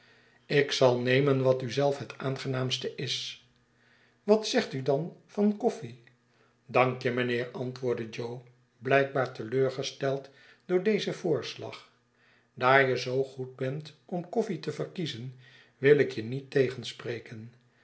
ik zal nemen wat u zelf het aangenaamste is wat zegt u dan van koffie dank je mijnheer antwoordde jo blijkbaar te leur gesteld door dezen voorslag daar je zoo goed bent om koffie te verkiezen wil ik je niet tegenspreken